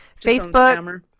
Facebook